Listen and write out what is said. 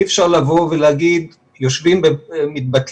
אי אפשר להגיד שיושבים ומתבטלים.